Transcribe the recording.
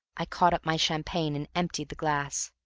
i caught up my champagne and emptied the glass.